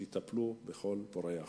שיטפלו בכל פורעי החוק.